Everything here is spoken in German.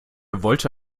wollte